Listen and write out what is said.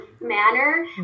manner